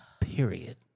period